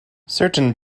certain